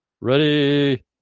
Ready